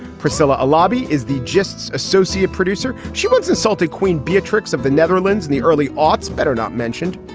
priscilla. a lobby is the justs associate producer. she once insulted queen beatrix of the netherlands in the early aughts. better not mentioned.